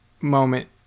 moment